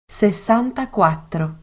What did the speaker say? sessantaquattro